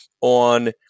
on